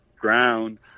ground